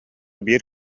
биир